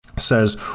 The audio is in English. says